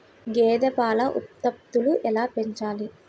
గేదె పాల ఉత్పత్తులు ఎలా పెంచాలి?